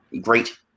great